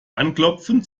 anklopfen